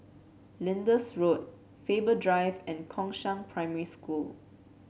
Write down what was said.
Lyndhurst Road Faber Drive and Gongshang Primary School